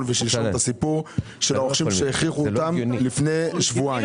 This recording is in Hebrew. ושלשום של הרוכשים שהכריחו אותם לפני שבועיים.